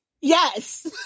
Yes